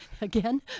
Again